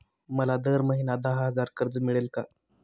मला दर महिना दहा हजार कर्ज मिळेल का?